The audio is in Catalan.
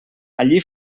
allí